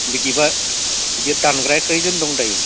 बिदिबा दानग्राया खैजोन दं दायो